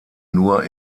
nur